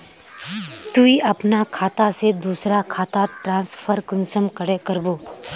तुई अपना खाता से दूसरा खातात ट्रांसफर कुंसम करे करबो?